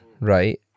right